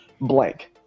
blank